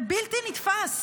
זה בלתי נתפס,